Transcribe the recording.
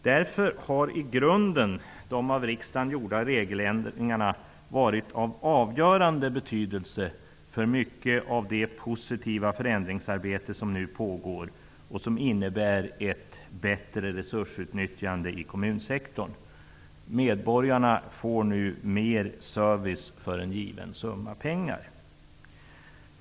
Därför har de av riksdagen gjorda regeländringarna i grunden varit av avgörande betydelse för mycket av det positiva förändringsarbete som nu pågår och som innebär ett bättre resursutnyttjande i kommunsektorn. Medborgarna får nu mer service för en given summa pengar.